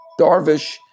Darvish